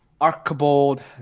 Archibald